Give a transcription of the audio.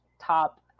top